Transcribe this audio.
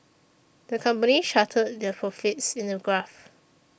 the company charted their profits in a graph